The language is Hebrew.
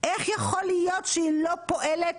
איך יכול להיות שהיא לא פועלת